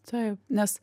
taip nes